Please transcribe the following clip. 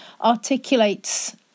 articulates